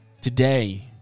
Today